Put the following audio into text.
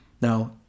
Now